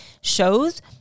shows